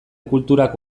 kulturak